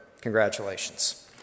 Congratulations